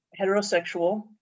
heterosexual